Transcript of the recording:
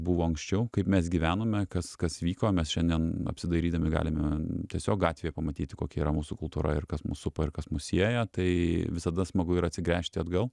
buvo anksčiau kaip mes gyvenome kas kas vyko mes šiandien apsidairydami galime tiesiog gatvėje pamatyti kokia yra mūsų kultūra ir kas mus supa ir kas mus sieja tai visada smagu ir atsigręžti atgal